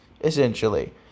essentially